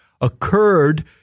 occurred